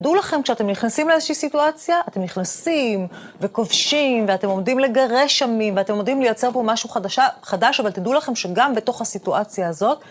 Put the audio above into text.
דעו לכם, כשאתם נכנסים לאיזושהי סיטואציה, אתם נכנסים וכובשים, ואתם עומדים לגרש עמים, ואתם עומדים לייצר פה משהו חדש, אבל תדעו לכם שגם בתוך הסיטואציה הזאת